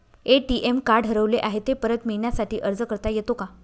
ATM card हरवले आहे, ते परत मिळण्यासाठी अर्ज करता येतो का?